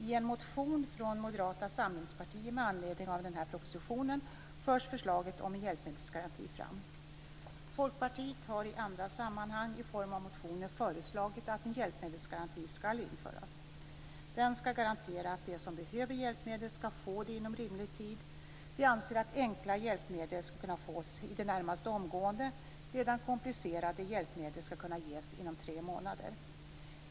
I en motion från Moderata samlingspartiet med anledning av den här propositionen förs förslaget om en hjälpmedelsgaranti fram. Folkpartiet har i andra sammanhang i form av motioner föreslagit att en hjälpmedelsgaranti skall införas. Den skall garantera att de som behöver hjälpmedel skall få det inom rimlig tid. Vi anser att enkla hjälpmedel skall kunna fås i det närmaste omgående medan komplicerade hjälpmedel skall kunna ges inom tre månader.